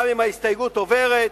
גם אם ההסתייגות עוברת,